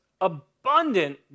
abundant